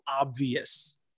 obvious